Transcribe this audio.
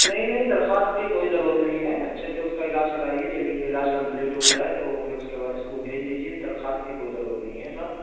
نہیں نہیں درخواست کی کوئی ضرورت نہیں ہے اچھے سے اس کا علاج کرائیے جب علاج کمپلیٹ ہوجائے تو پھر اس کے بعد اسکول بھیج دیجیے درخواست کی کوئی ضرورت نہیں ہے صاحب